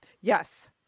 Yes